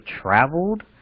traveled